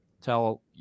tell